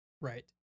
Right